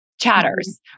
chatters